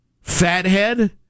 Fathead